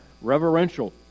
reverential